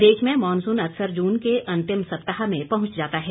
प्रदेश में मॉनसून अकसर जून के अंतिम सप्ताह में पहुंच जाता है